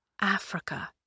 Africa